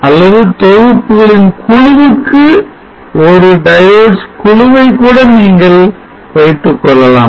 அல்லது தொகுப்புகளின் குழுவுக்கு ஒரு diodes குழுவைக்கூட நீங்கள் வைத்துக்கொள்ளலாம்